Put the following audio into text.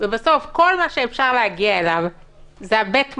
ובסוף כל מה שאפשר להגיע אליו זה בית המלון,